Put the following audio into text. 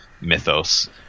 mythos